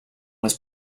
was